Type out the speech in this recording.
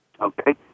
Okay